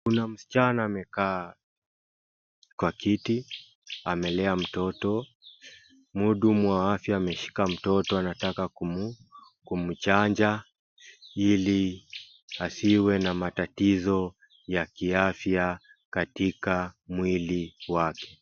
Kuna msichana amekaa kwa kiti, amelea mtoto. Muudumu wa afya ameshika mtoto anataka kumchanja, ili asiwe na matatizo ya kiafya katika mwili wake.